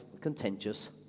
contentious